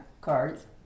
cards